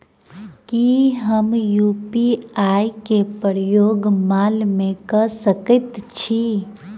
की हम यु.पी.आई केँ प्रयोग माल मै कऽ सकैत छी?